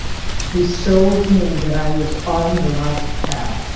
he sold me that i was on the right path.